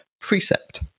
precept